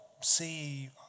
see